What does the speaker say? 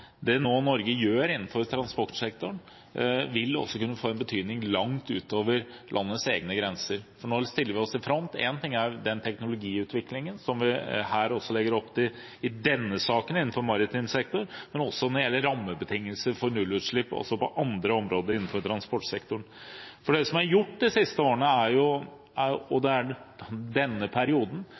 kunne få betydning langt utover landets egne grenser. For nå stiller vi oss i front – én ting er den teknologiutviklingen som vi også legger opp til i denne saken, innenfor maritim sektor, men en annen ting er det som gjelder rammebetingelser for nullutslipp også på andre områder innenfor transportsektoren. Det som er gjort de siste årene – denne perioden – er